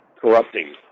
corrupting